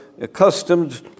accustomed